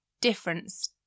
difference